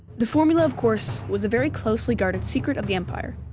the formula, of course, was a very closely guarded secret of the empire.